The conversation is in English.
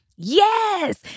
Yes